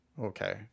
Okay